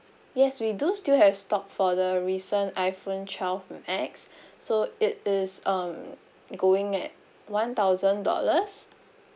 yes we do still have stock for the recent iphone twelve max so it is um going at one thousand dollars